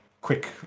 quick